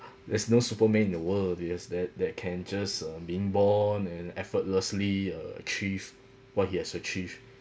there's no superman in the world that has that that can just um being born and effortlessly achieve what he has achieved